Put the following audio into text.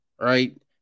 right